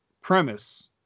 premise